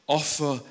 offer